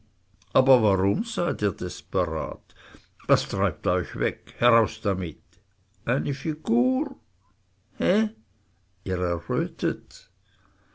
aber warum seid ihr desperat was treibt euch weg heraus damit eine figur he ihr